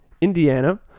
Indiana